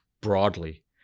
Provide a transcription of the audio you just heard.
broadly